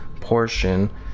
portion